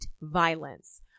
violence